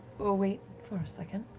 wait for a second.